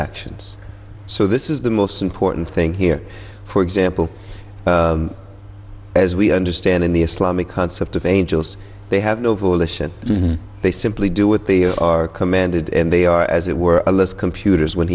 actions so this is the most important thing here for example as we understand in the islamic concept of angels they have no volition they simply do with they are commanded and they are as it were a list computers when